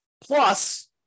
Plus